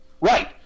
Right